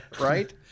Right